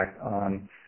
on